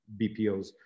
BPOs